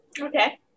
Okay